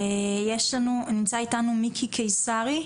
נמצא אתנו מיקי קיסרי,